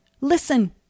Listen